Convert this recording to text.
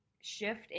shift